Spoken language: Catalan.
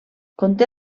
conté